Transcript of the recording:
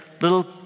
little